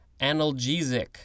analgesic